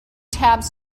tabs